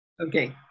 Okay